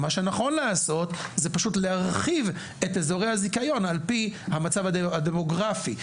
ומה שנכון לעשות זה פשוט להרחיב את אזורי הזיכיון לפי המצב הדמוגרפי.